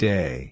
Day